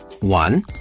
one